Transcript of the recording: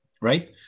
right